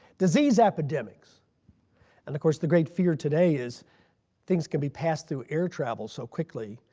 disease epidemics and of course the great fear today is things can be passed through air travel so quickly.